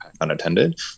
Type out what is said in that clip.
unattended